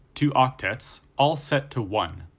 two octets, all set to one.